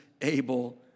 able